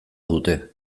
dute